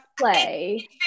play